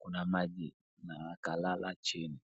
kuna maji nNa akalala chini.